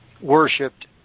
worshipped